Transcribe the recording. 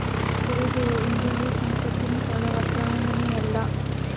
ತೆರಿಗೆಯು ಎಂದಿಗೂ ಸಂಪತ್ತಿನ ಸರಳ ವರ್ಗಾವಣೆಯಲ್ಲ